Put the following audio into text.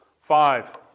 five